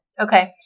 Okay